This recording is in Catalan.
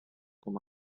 com